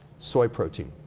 soy protein,